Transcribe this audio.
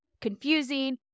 confusing